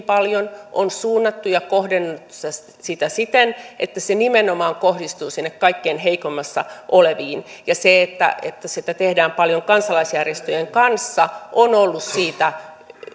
paljon on suunnattu ja kohdennettu sitä siten että se nimenomaan kohdistuu sinne kaikkein heikoimmassa asemassa oleviin se että että sitä tehdään paljon kansalaisjärjestöjen kanssa on ollut siitä